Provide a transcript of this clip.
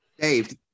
Dave